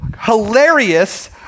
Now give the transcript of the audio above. Hilarious